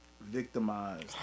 victimized